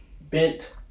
bent